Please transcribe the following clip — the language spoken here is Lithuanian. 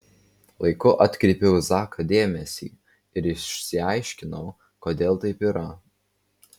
laiku atkreipiau į zaką dėmesį ir išsiaiškinau kodėl taip yra